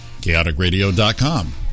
chaoticradio.com